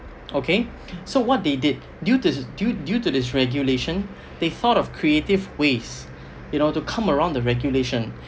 okay so what they did due to th~ due to this regulation they thought of creative ways you know to come around the regulation